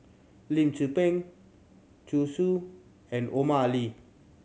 Lim Tze Peng Zhu Xu and Omar Ali